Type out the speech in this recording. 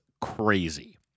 crazy